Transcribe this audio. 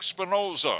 Spinoza